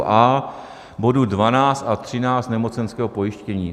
a) bodu 12 a 13 nemocenského pojištění.